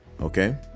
okay